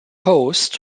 host